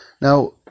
Now